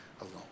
alone